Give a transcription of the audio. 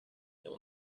will